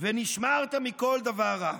"ונשמרת מכל דבר רע,